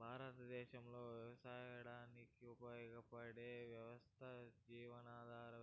భారతదేశంలో వ్యవసాయానికి ఉపయోగపడే వ్యవస్థలు జీవనాధార